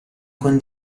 con